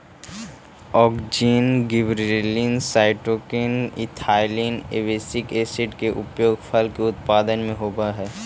auxin, gibberellins, cytokinin, ethylene, abscisic acid के उपयोग फल के उत्पादन में होवऽ हई